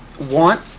want